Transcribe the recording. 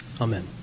Amen